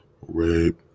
rape